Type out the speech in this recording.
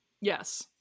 Yes